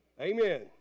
amen